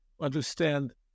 understand